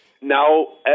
now